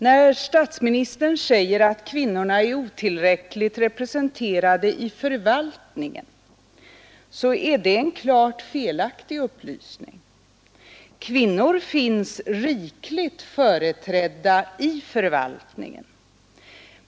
När statsministern säger att kvinnorna är otillräckligt representerade i förvaltningen, är det en klart felaktig upplysning. Kvinnor finns rikligt företrädda i förvaltningen.